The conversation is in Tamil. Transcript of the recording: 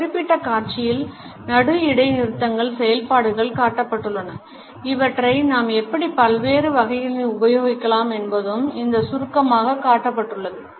இந்த குறிப்பிட்ட காட்சியில் நடு இடைநிறுத்தங்களின் செயல்பாடுகள் காட்டப்பட்டுள்ளன இவற்றை நாம் எப்படி பல்வேறு வகையில் உபயோகிக்கலாம் என்பதும் இங்கு சுருக்கமாக காட்டப்பட்டுள்ளது